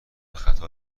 خطا